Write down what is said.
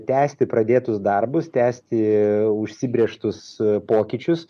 tęsti pradėtus darbus tęsti užsibrėžtus pokyčius